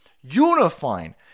Unifying